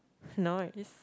no I just